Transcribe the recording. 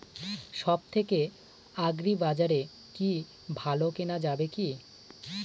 সব থেকে আগ্রিবাজারে কি ভালো কেনা যাবে কি?